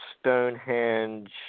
Stonehenge